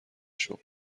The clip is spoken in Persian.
شغل